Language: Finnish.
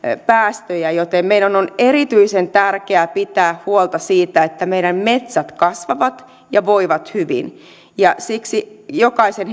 päästöjä joten meidän on erityisen tärkeää pitää huolta siitä että meidän metsämme kasvavat ja voivat hyvin siksi jokaisen